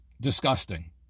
disgusting